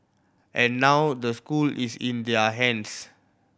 and now the school is in their hands